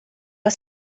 was